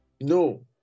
no